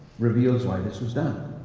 reveals why this was done.